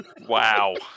Wow